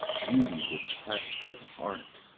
beautied with plastering art,